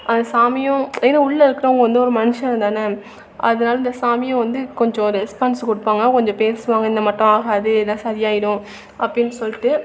அந்த சாமியும் ஏன்னா உள்ள இருக்கிறவுங்க வந்து ஒரு மனுஷங்கதான் அதனால இந்த சாமியும் வந்து கொஞ்சம் ஒரு ரெஸ்பான்ஸ் கொடுப்பாங்க கொஞ்சம் பேசுவாங்க இந்த மட்டோம் ஆகாது இதெலாம் சரியாயிடும் அப்படின் சொல்லிட்டு